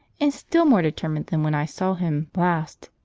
and still more determined than when i saw him last